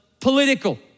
political